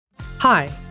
Hi